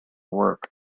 work